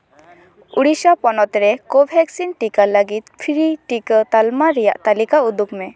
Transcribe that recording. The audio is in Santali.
ᱩᱲᱤᱥᱥᱟ ᱯᱚᱱᱚᱛ ᱨᱮ ᱠᱳᱵᱷᱮᱠᱥᱤᱱ ᱴᱤᱠᱟ ᱞᱟᱹᱜᱤᱫ ᱯᱷᱨᱤ ᱴᱤᱠᱟᱹ ᱛᱟᱞᱢᱟ ᱨᱮᱭᱟᱜ ᱛᱟᱞᱤᱠᱟ ᱩᱫᱩᱜᱽ ᱢᱮ